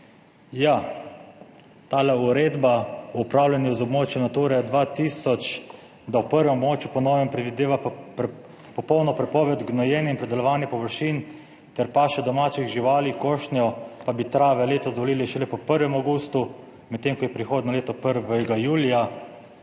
Ja, tale uredba o upravljanju z območja Nature 2000, da v prvem območju po novem predvideva popolno prepoved gnojenja in predelovanja površin ter paše domačih živali, košnjo pa bi trave letos dovolili šele po 1. avgustu, medtem ko je prihodnje leto 1. julija.